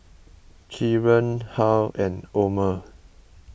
Kieran Harl and Omer